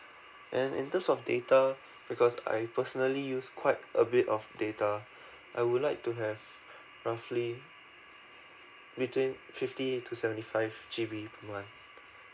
and in terms of data because I personally use quite a bit of data I would like to have roughly within fifty to seventy five G_B a month